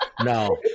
No